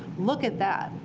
look at that,